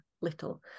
little